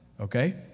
Okay